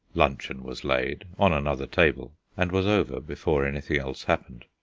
luncheon was laid on another table and was over, before anything else happened.